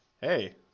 Hey